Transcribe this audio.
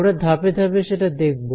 আমরা ধাপে ধাপে সেটা দেখব